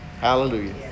Hallelujah